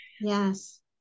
Yes